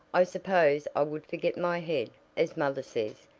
i suppose i would forget my head, as mother says,